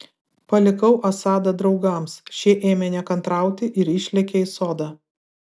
palikau asadą draugams šie ėmė nekantrauti ir išlėkė į sodą